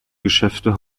geschäfte